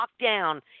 lockdown